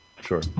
Sure